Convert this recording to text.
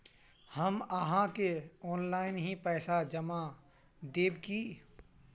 हम आहाँ के ऑनलाइन ही पैसा जमा देब की?